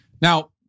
Now